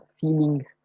feelings